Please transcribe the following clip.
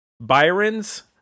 Byron's